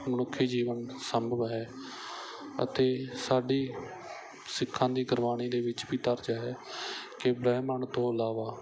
ਮਨੁੱਖੀ ਜੀਵਨ ਸੰਭਵ ਹੈ ਅਤੇ ਸਾਡੀ ਸਿੱਖਾਂ ਦੀ ਗੁਰਬਾਣੀ ਦੇ ਵਿੱਚ ਵੀ ਦਰਜ ਹੈ ਕਿ ਬ੍ਰਹਿਮੰਡ ਤੋਂ ਇਲਾਵਾ